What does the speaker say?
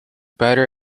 better